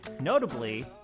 Notably